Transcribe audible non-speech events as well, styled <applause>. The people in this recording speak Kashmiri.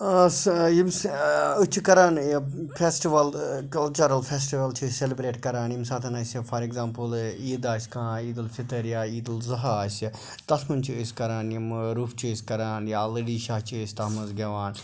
<unintelligible> أسۍ چھِ کَران یہِ فٮ۪سٹِوَل کَلچٕرَل فٮ۪سٹِوَل چھِ أسۍ سٮ۪لِبرٛیٹ کَران ییٚمہِ ساتہٕ اَسہِ فار اٮ۪گزامپٕل عیٖد آسہِ کانٛہہ عیٖد الفطر یا عیٖد الاضحیٰ آسہِ تَتھ منٛز چھِ أسۍ کَران یِم روٚف چھِ أسۍ کَران یا لٔڈی شاہ چھِ أسۍ تَتھ منٛز گٮ۪وان